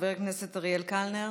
חבר הכנסת אריאל קלנר,